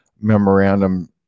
Memorandum